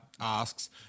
asks